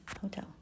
Hotel